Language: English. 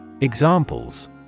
Examples